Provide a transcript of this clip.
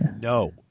No